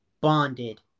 bonded